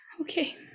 Okay